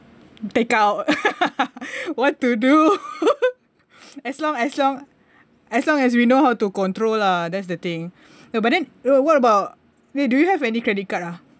take out what to do as long as long as long as we know how to control lah that's the thing no but then uh what about eh do you have any credit card ah